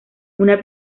una